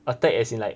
attack as in like